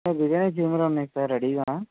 sir biryanis ఏమున్నాయి sir రెడీగా